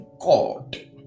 God